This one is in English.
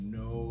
no